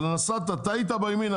אבל נסעת וטעית בימינה,